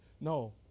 No